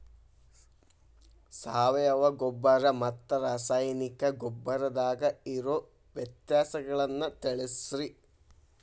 ಸಾವಯವ ಗೊಬ್ಬರ ಮತ್ತ ರಾಸಾಯನಿಕ ಗೊಬ್ಬರದಾಗ ಇರೋ ವ್ಯತ್ಯಾಸಗಳನ್ನ ತಿಳಸ್ರಿ